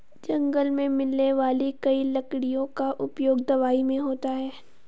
जंगल मे मिलने वाली कई लकड़ियों का उपयोग दवाई मे होता है